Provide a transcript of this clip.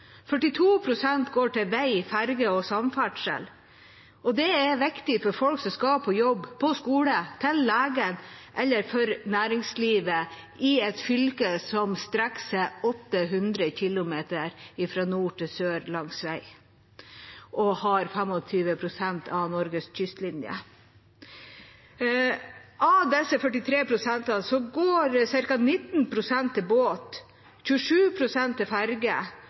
går til vei, ferger og samferdsel – og det er viktig for folk som skal på jobb, på skole, til lege eller for næringslivet i et fylke som strekker seg 800 km fra nord til sør langs vei og har 25 pst. av Norges kystlinje. Av disse 42 pst. går ca. 19 pst. til båt, 27 pst. til